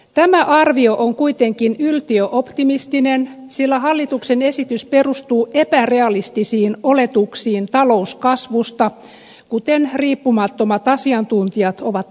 tämä arvio on kuitenkin yltiöoptimistinen sillä hallituksen esitys perustuu epärealistisiin oletuksiin talouskasvusta kuten riippumattomat asiantuntijat ovat todenneet